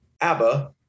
ABBA